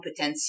competencies